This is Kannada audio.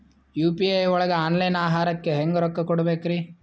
ಯು.ಪಿ.ಐ ಒಳಗ ಆನ್ಲೈನ್ ಆಹಾರಕ್ಕೆ ಹೆಂಗ್ ರೊಕ್ಕ ಕೊಡಬೇಕ್ರಿ?